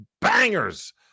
bangers